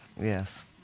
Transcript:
Yes